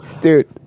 Dude